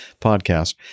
podcast